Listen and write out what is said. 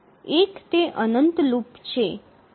એક તે અનંત લૂપ છે